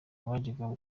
bajyaga